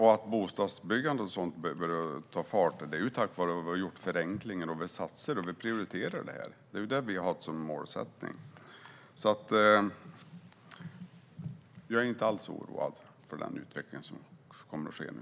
Bostadsbyggande och sådant tar fart tack vare att vi har gjort förenklingar. Vi satsar, och vi prioriterar detta. Det är det vi har haft som målsättning. Jag är inte alls oroad för den utveckling som kommer att ske nu.